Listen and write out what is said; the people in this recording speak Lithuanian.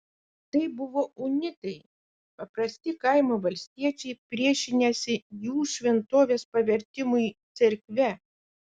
tai buvo unitai paprasti kaimo valstiečiai priešinęsi jų šventovės pavertimui cerkve